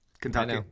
Kentucky